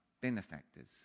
benefactors